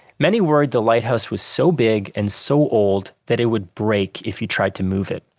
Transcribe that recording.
many worried the lighthouse was so big and so old that it would break if you tried to move it.